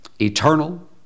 eternal